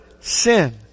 sin